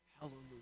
Hallelujah